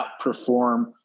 outperform